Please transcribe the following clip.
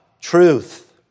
truth